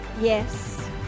yes